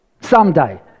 someday